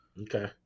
Okay